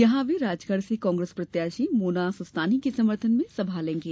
यहां वे राजगढ़ से कांग्रेस प्रत्याशी मोना सुस्तानी के समर्थन में सभा लेंगें